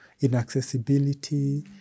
inaccessibility